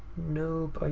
nope,